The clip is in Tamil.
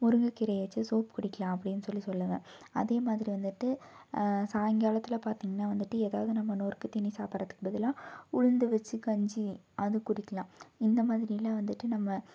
முருங்கை கீரையை வெச்சு சூப் குடிக்கலாம் அப்படின் சொல்லி சொல்லுவேன் அதே மாதிரி வந்துட்டு சாயங்காலத்தில் பார்த்தீங்கனா வந்துட்டு எதாவது நம்ம நொறுக்கு தீனி சாப்பிடறத்துக்கு பதிலாக உளுந்து வெச்சு கஞ்சி அது குடிக்கலாம் இந்த மாதிரியெலாம் வந்துட்டு நம்ம